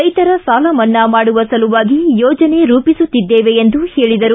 ರೈತರ ಸಾಲ ಮನ್ನಾ ಮಾಡುವ ಸಲುವಾಗಿ ಯೋಜನೆ ರೂಪಿಸುತ್ತಿದ್ದೇವೆ ಎಂದು ಹೇಳಿದರು